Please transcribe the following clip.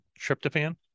Tryptophan